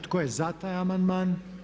Tko je za taj amandman?